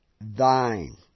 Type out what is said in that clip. thine